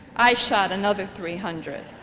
i shot another three hundred.